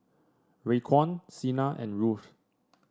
Raekwon Sina and Ruthe